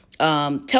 Tell